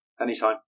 Anytime